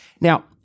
Now